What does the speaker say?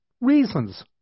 reasons